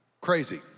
Crazy